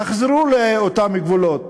תחזרו לאותם גבולות.